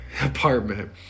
apartment